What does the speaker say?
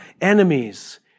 enemies